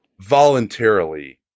voluntarily